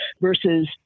versus